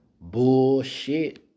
Bullshit